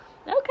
Okay